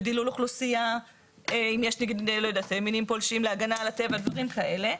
לדילול אוכלוסייה אם יש נגיד מינים פולשים להגנה על הטבע - דברים כאלה.